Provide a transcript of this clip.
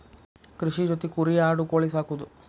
ಕೃಷಿ ಜೊತಿ ಕುರಿ ಆಡು ಕೋಳಿ ಸಾಕುದು